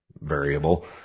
variable